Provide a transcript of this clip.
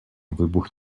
вибух